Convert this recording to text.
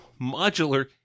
modular